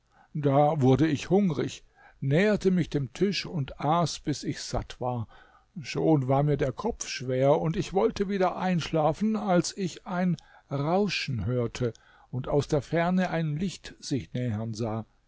da wurde ich hungrig näherte mich dem tisch und aß bis ich satt war schon war mir der kopf schwer und ich wollte wieder einschlafen als ich ein rauschen hörte und aus der ferne ein licht sich nähern sah